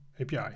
api